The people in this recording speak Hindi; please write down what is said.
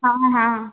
हाँ हाँ